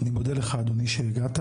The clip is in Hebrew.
אני מודה לך אדוני שהגעת,